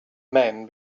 men